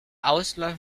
ausläufer